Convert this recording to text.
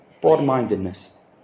broad-mindedness